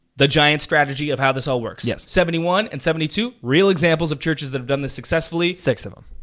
the giant strategy of how this all works. yes. seventy one and seventy two, real examples of churches that have done this successfully. six of them.